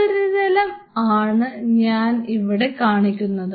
ഉപരിതലം ആണ് ഞാൻ ഇവിടെ കാണിക്കുന്നത്